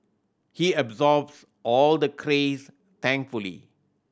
he absorbs all the craze thankfully